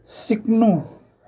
सिक्नु